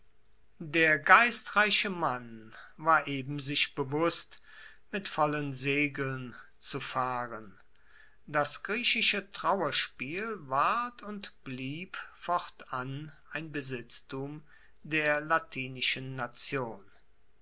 der geistreiche mann war eben sich bewusst mit vollen segeln zu fahren das griechische trauerspiel ward und blieb fortan ein besitztum der launischen nation